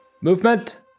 movement